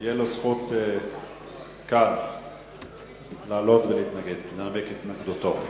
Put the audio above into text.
שתהיה לו זכות לעלות ולנמק את התנגדותו.